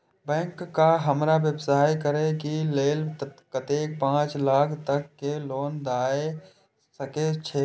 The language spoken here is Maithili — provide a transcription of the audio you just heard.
बैंक का हमरा व्यवसाय करें के लेल कतेक पाँच लाख तक के लोन दाय सके छे?